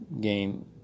game